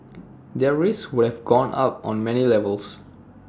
their risks would have gone up on many levels